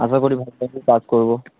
আশা করি ভালোভাবেই পাস করবো